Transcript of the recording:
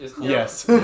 Yes